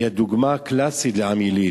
היא הדוגמה הקלאסית לעם יליד.